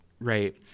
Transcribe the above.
right